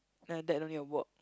then my dad no need to work